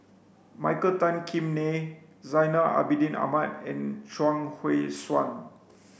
Michael Tan Kim Nei Zainal Abidin Ahmad and Chuang Hui Tsuan